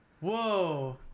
whoa